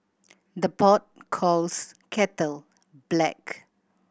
the pot calls kettle black